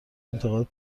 انتقاد